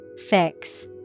Fix